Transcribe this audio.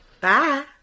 Bye